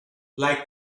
like